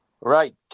Right